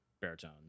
baritone